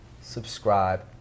subscribe